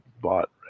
bought